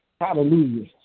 Hallelujah